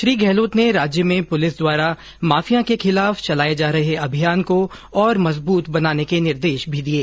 श्री गहलोत ने राज्य में पुलिस द्वारा माफिया के खिलाफ चलाये जा रहे अभियान को और मजबूत बनाने के निर्देश भी दिये